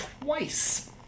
twice